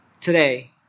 today